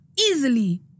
Easily